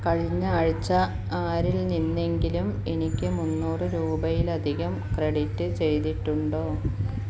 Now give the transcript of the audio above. കഴിഞ്ഞ ആഴ്ച ആരിൽ നിന്നെങ്കിലും എനിക്ക് മുന്നൂറു രൂപയിലധികം ക്രെഡിറ്റ് ചെയ്തിട്ടുണ്ടോ